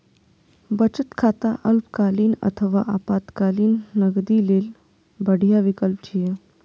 बचत खाता अल्पकालीन अथवा आपातकालीन नकदी लेल बढ़िया विकल्प छियै